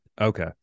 Okay